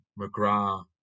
McGrath